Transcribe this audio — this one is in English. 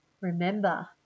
Remember